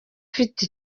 ifite